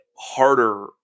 harder